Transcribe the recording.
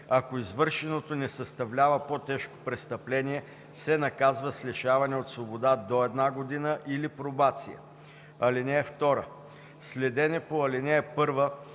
ако извършеното не съставлява по-тежко престъпление, се наказва с лишаване от свобода до една година или пробация. (2) Следене по ал. 1